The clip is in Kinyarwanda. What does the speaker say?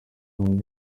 wumve